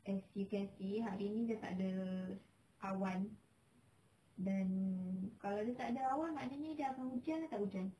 as you can see hari ni dia takde awan dan kalau dia takde awan maknanya dia akan hujan tak hujan